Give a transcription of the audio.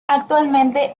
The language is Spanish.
actualmente